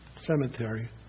cemetery